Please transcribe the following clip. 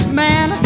man